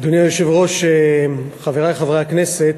אדוני היושב-ראש, חברי חברי הכנסת,